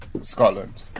Scotland